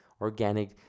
organic